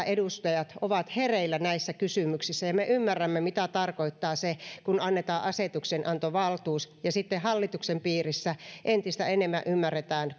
edustajat ovat hereillä näissä kysymyksissä ja me ymmärrämme mitä tarkoittaa se kun annetaan asetuksenantovaltuus ja sitten hallituksen piirissä entistä enemmän ymmärretään